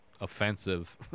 offensive